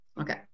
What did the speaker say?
Okay